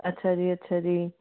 ਅੱਛਾ ਜੀ ਅੱਛਾ ਜੀ